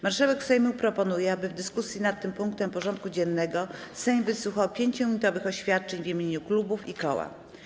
Marszałek Sejmu proponuje, aby w dyskusji nad tym punktem porządku dziennego Sejm wysłuchał 5-minutowych oświadczeń w imieniu klubów i koła.